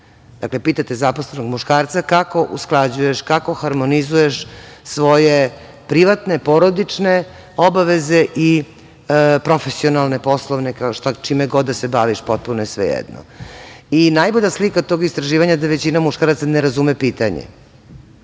Dakle, pitate zaposlenog muškarca kao usklađuješ, kako harmonizuješ svoje privatne, porodične obaveze i profesionalne, poslovne, čime god da se baviš, potpuno je svejedno. Najbolja slika tog istraživanja je da većina muškaraca ne razume pitanje.